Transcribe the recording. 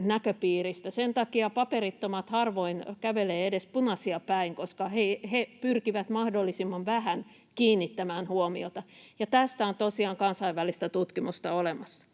näköpiiristä. Sen takia paperittomat harvoin kävelevät edes punaisia päin, koska he pyrkivät mahdollisimman vähän kiinnittämään huomiota. Tästä on tosiaan kansainvälistä tutkimusta olemassa.